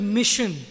mission